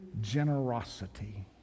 generosity